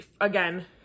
again